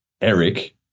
Eric